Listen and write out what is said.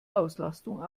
auslastung